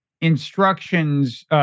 instructions